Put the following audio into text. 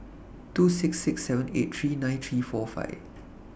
two six six seven eight three nine three four five